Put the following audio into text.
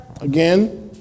again